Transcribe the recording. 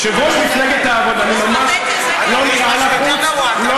יושב-ראש מפלגת העבודה, יותר גרוע, אתה